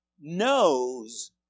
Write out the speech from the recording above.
knows